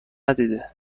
ندیده